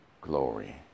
glory